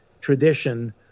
tradition